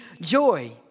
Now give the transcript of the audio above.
joy